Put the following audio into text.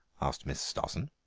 asked miss stossen.